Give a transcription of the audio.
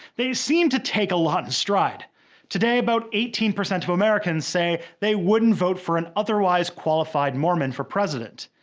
they seem to take a lot in stride today, about eighteen percent of americans say they wouldn't vote for an otherwise qualified mormon for president.